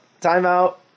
timeout